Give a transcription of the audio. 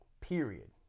Period